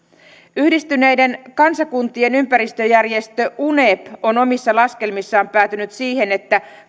yhdistyneiden kansakuntien ympäristöjärjestö unep on omissa laskelmissaan päätynyt siihen että